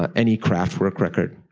ah any craft work record.